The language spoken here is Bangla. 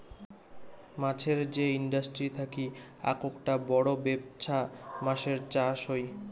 মাছের যে ইন্ডাস্ট্রি থাকি আককটা বড় বেপছা মাছের চাষ হই